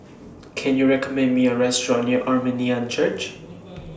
Can YOU recommend Me A Restaurant near Armenian Church